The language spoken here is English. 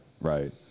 right